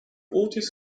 ortiz